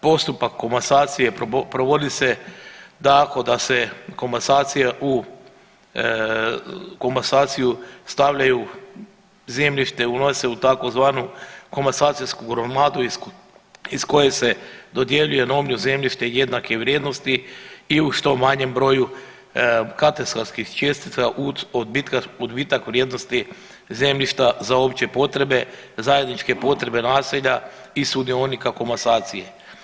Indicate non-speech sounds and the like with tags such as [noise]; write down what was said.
Postupak komasacije provodi se tako da se komasacija, komasaciju stavljaju, zemljište unose u tzv. komasacijsku gromadu iz koje se dodjeljuje … [unintelligible] zemljište jednake vrijednosti i u što manjem broju katastarskih čestica … [unintelligible] odbitak vrijednosti zemljišta za opće potrebe, zajedničke potrebe naselja i sudionika komasacije.